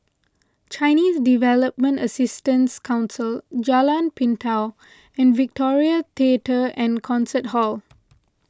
Chinese Development Assistance Council Jalan Pintau and Victoria theatre and Concert Hall